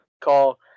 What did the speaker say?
call